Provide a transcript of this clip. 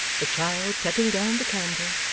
the child setting down the candle,